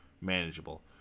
manageable